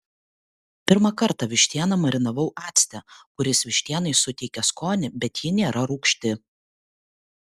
pirmą kartą vištieną marinavau acte kuris vištienai suteikia skonį bet ji nėra rūgšti